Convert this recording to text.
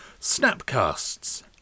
Snapcasts